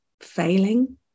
Failing